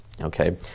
okay